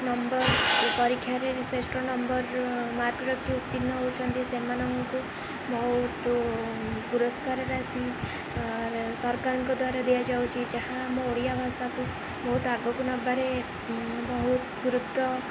number ପରୀକ୍ଷାରେ ଶ୍ରେଷ୍ଠ number mark ରଖି ଉତ୍ତୀର୍ଣ୍ଣ ହେଉଛନ୍ତି ସେମାନଙ୍କୁ ବହୁତ ପୁରସ୍କାର ରାଶି ସରକାରଙ୍କ ଦ୍ୱାରା ଦିଆଯାଉଛି ଯାହା ଆମ ଓଡ଼ିଆ ଭାଷାକୁ ବହୁତ ଆଗକୁ ନେବାରେ ବହୁତ ଗୁରୁତ୍ୱ